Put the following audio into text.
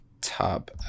top